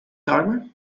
timer